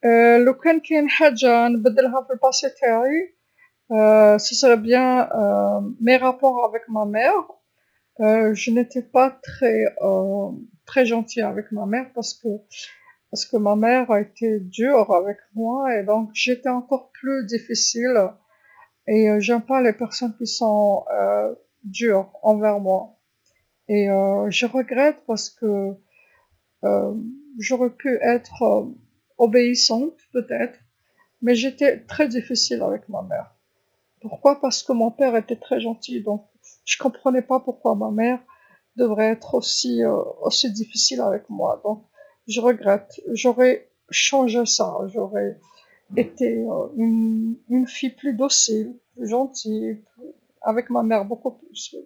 لو كان كاين حاجه نبدلها في الماضي نتاعي اذا كان هذا جيد علاقتي مع والدتي، لم أكن لطيفا جدا مع والدتي لأن والدتي كانت قاسيه علي وبالتالي كنت أكثر صعوبه وليس الأشخاص الذين قساة معي، وأنا نادم لأنه كان من الممكن أن أكون مطيعاً ولكني كنت صعباً جداً مع والدتي، لماذا؟ لأن والدي كان لطيفًا جدًا لذلك لم أفهم لماذا تكون والدتي قاسيه جدًا معي لذا أنا نادم، كنت سأغير ذلك، كنت سأصبح فتاة أكثر طاعة ولطفًا مع والدتي أكثر من ذلك بكثير.